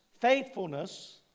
faithfulness